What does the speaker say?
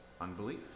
unbelief